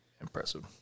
impressive